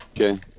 Okay